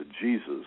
Jesus